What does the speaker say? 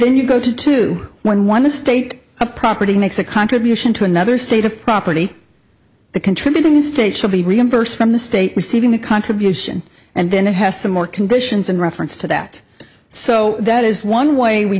then you go to two one one the state of property makes a contribution to another state of property the contributing state should be reimbursed from the state receiving the contribution and then it has some more conditions in reference to that so that is one way we